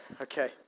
Okay